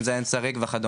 אם זה עין שריג וכדומה,